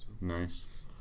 Nice